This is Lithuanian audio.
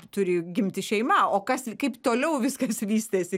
turi gimti šeima o kas kaip toliau viskas vystėsi